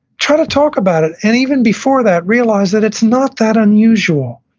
try to talk about it and even before that, realize that it's not that unusual.